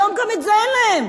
היום גם זה אין להם.